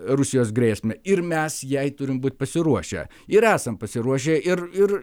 rusijos grėsmę ir mes jai turim būt pasiruošę ir esam pasiruošę ir ir